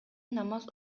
намаз